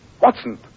Watson